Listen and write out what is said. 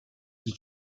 gli